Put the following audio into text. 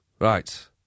right